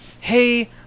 Hey